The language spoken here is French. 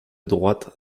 droite